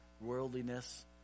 worldliness